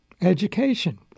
education